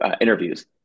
interviews